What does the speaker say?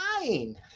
fine